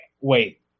wait